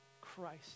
Christ